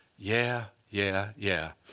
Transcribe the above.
yeah, yeah, yeah.